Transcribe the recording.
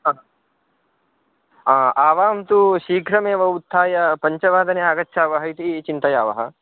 हा आवां तु शीघ्रमेव उत्थाय पञ्चवादने आगच्छावः इति चिन्तयावः